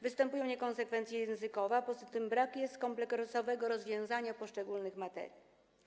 Występują niekonsekwencje językowe, poza tym brak jest kompleksowego rozwiązania poszczególnych materii.